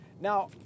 Now